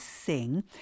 sing